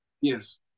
Yes